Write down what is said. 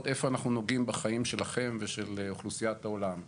איפה אנחנו נוגעים בחיים שלכם ושל אוכלוסיית העולם.